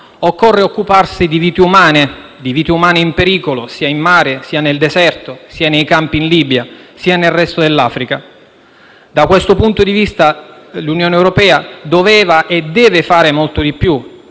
occorre occuparsi di vite umane in pericolo sia in mare, sia nel deserto, sia nei campi in Libia, sia nel resto dell'Africa. Da questo punto di vista, l'Unione europea doveva e deve fare molto di più